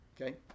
Okay